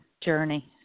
journey